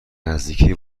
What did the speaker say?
نزدیکی